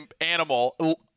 animal